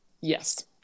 Yes